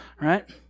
right